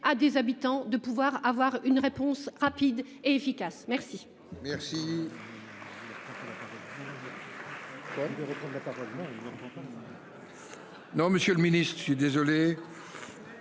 à des habitants de pouvoir avoir une réponse rapide et efficace. Merci.